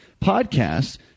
podcast